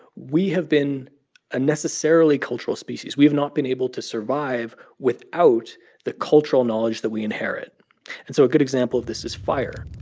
we have been a necessarily cultural species. we have not been able to survive without the cultural knowledge that we inherit and so a good example of this is fire.